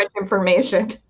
information